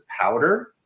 powder